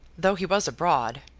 though he was abroad,